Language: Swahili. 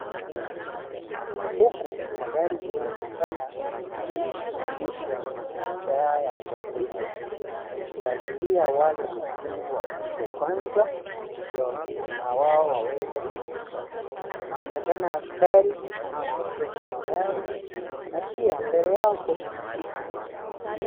Huku magari zimekutana na zimesimamishwa na taa ya trafiki zikiashiria wale wengine wapite kwanza ndio nawao waweze kupita. Kunaonekana askari wanaoelekeza magari na pia mbele yao kuna msitu.